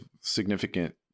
significant